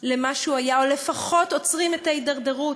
למה שהוא היה, או לפחות עוצרים את ההידרדרות,